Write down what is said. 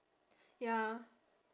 ya